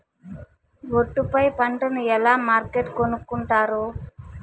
ఒట్టు పై పంటను ఎలా మార్కెట్ కొనుక్కొంటారు?